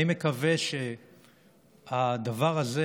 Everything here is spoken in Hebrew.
אני מקווה שהדבר הזה,